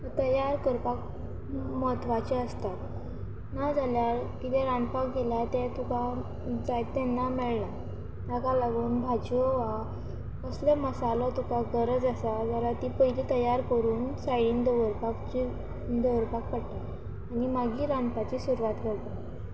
तयार करपाक म्हत्वाचें आसता ना जाल्यार कितें रांदपाक गेल्यार तें तुका जाय तेन्ना मेळना ताका लागून भाज्यो वा कसले मसालो तुका गरज आसा जाल्यार ती पयली तयार करून सायडीन दवरपाची दवरपाक पडटा आनी मागीर रांदपाची सुरवात करपा जाय